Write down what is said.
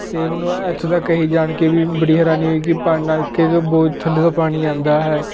ਅਤੇ ਮੈਨੂੰ ਆ ਇੱਥੋਂ ਤੱਕ ਇਹੀ ਜਾਣ ਕੇ ਵੀ ਬੜੀ ਹੈਰਾਨੀ ਹੋਈ ਕਿ ਪਾਣੀ ਨਲਕੇ 'ਚੋਂ ਬਹੁਤ ਥੱਲੇ ਤੋਂ ਪਾਣੀ ਆਉਂਦਾ ਹੈ